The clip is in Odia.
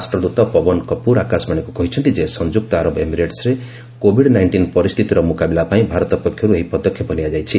ରାଷ୍ଟଦ୍ରତ ପବନ କାପୁର ଆକାଶବାଣୀକୁ କହିଛନ୍ତି ଯେ ସଂଯୁକ୍ତ ଆରବ ଏମିରେଟରେ କୋଭିଡ୍ ନାଇଷ୍ଟିନ୍ ପରିସ୍ଥିତିର ମୁକାବିଲା ପାଇଁ ଭାରତ ପକ୍ଷରୁ ଏହି ପଦକ୍ଷେପ ନିଆଯାଇଛି